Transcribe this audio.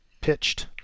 pitched